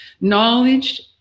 Knowledge